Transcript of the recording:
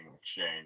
exchange